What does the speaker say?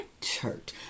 church